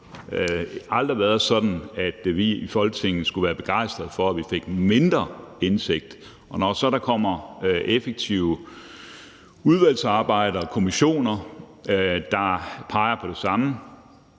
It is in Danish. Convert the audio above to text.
skulle være begejstrede for, at vi fik mindre indsigt. Når der så kommer effektive udvalgsarbejder og kommissioner, der peger på det samme,